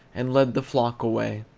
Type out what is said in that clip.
and led the flock away.